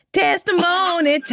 testimony